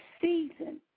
season